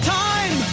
time